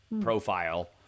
profile